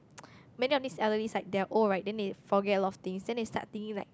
many of these elderlies like they are old right then they forget a lot of things then they start thinking like